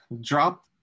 Drop